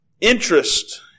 interest